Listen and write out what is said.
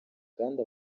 kandi